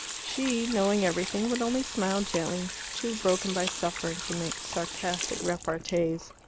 she, knowing everything, would only smile gently, too broken by suffering to make sarcastic repartees.